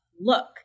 look